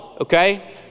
okay